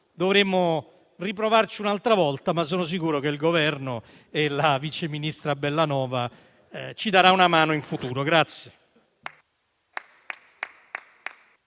dovremo riprovarci un'altra volta, ma sono sicuro che il Governo e la sottosegretaria Bellanova ci daranno una mano in futuro.